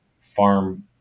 Farm